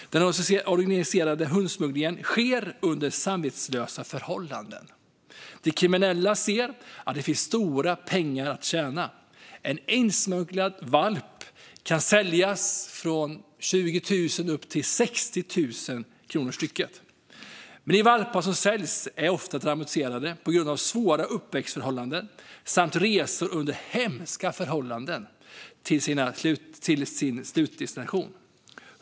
Den organiserade hundsmugglingen sker under samvetslösa förhållanden. De kriminella ser att det finns stora pengar att tjäna. En insmugglad valp kan säljas för mellan 20 000 och 60 000 kronor. Men de valpar som säljs är ofta traumatiserade på grund av svåra uppväxtförhållanden samt resor under hemska förhållanden till slutdestinationen.